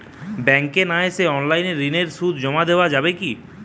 ব্যাংকে না এসে অনলাইনে ঋণের সুদ জমা দেওয়া যাবে কি?